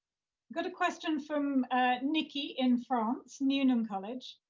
got a question from nikki in france, newnham college.